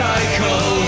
Cycle